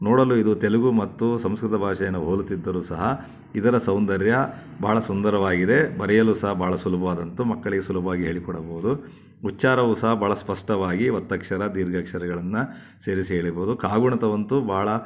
ನೋಡಲು ಇದು ತೆಲುಗು ಮತ್ತು ಸಂಸ್ಕೃತ ಭಾಷೆಯನ್ನು ಹೋಲುತ್ತಿದ್ದರು ಸಹ ಇದರ ಸೌಂದರ್ಯ ಭಾಳ ಸುಂದರವಾಗಿದೆ ಬರೆಯಲು ಸಹ ಭಾಳ ಸುಲಭವಾದಂತೆ ಮಕ್ಕಳಿಗೆ ಸುಲಭವಾಗಿ ಹೇಳಿಕೊಡಬಹುದು ಉಚ್ಚಾರವು ಸಹ ಭಾಳ ಸ್ವಷ್ಟವಾಗಿ ಒತ್ತಕ್ಷರ ದೀರ್ಘಾಕ್ಷರಗಳನ್ನ ಸೇರಿಸಿ ಎಳಿಬೌದು ಕಾಗುಣಿತವಂತೂ ಭಾಳ